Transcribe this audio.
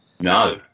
No